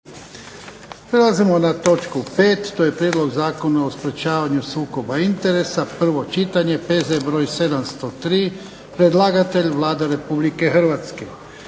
Prelazimo na točku 5. To je - Prijedlog zakona o sprečavanju sukoba interesa, prvo čitanje, P.Z. br. 703 Predlagatelj je Vlada Republike Hrvatske.